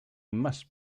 must